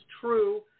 true